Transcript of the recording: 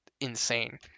insane